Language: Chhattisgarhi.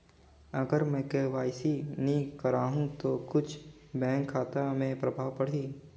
अगर मे के.वाई.सी नी कराहू तो कुछ बैंक खाता मे प्रभाव पढ़ी?